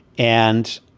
and,